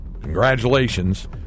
Congratulations